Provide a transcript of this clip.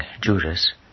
Judas